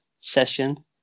session